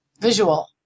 visual